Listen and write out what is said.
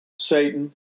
Satan